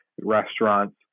restaurants